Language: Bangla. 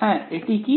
হ্যাঁ এটি কি